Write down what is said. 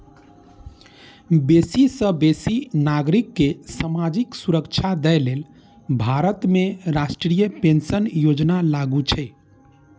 बेसी सं बेसी नागरिक कें सामाजिक सुरक्षा दए लेल भारत में राष्ट्रीय पेंशन योजना लागू छै